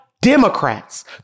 Democrats